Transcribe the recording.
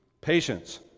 patience